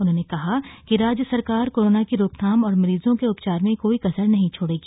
उन्होंने कहा कि राज्य सरकार कोरोना की रोकथाम और मरीजों के उपचार में कोई कसर नहीं छोड़ेगी